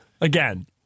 Again